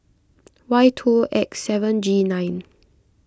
Y two X seven G nine